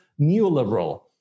neoliberal